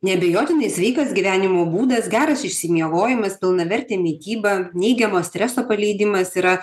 neabejotinai sveikas gyvenimo būdas geras išsimiegojimas pilnavertė mityba neigiamo streso paleidimas yra